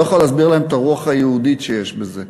אני לא יכול להסביר להם את הרוח היהודית שיש בזה,